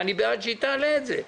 ואני בעד שהיא תעלה את זה.